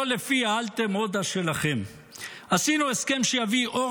לא לפי ה'אלטע מודה' שלכם --- עשינו הסכם שיביא אור